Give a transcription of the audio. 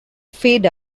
fade